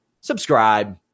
subscribe